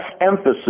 emphasis